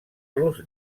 los